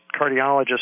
cardiologist